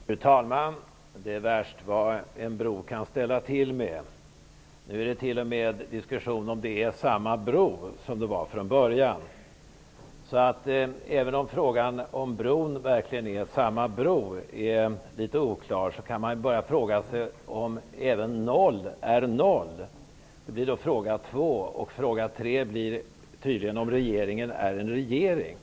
Fru talman! Det var värst vad en bro kan ställa till det! Nu är det t.o.m. en diskussion om huruvida det är samma bro som det var från början. Det är den första frågan. Även om frågan om bron verkligen är samma bro är litet oklar kan man börja fråga sig om noll är noll. Det är den andra frågan. Den tredje frågan gäller tydligen om regeringen är en regering.